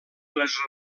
les